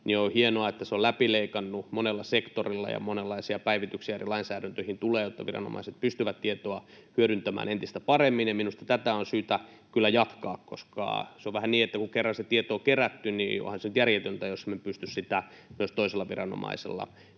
ja on hienoa, että se on läpileikannut monella sektorilla ja monenlaisia päivityksiä eri lainsäädäntöihin tulee, jotta viranomaiset pystyvät tietoa hyödyntämään entistä paremmin. Minusta tätä on syytä kyllä jatkaa, koska se on vähän niin, että kun kerran se tieto on kerätty, niin onhan se on nyt järjetöntä, jos me emme pysty sitä myös toisella viranomaisella